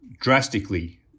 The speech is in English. drastically